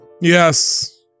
Yes